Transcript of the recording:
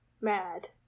mad